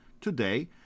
Today